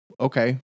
Okay